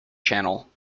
channel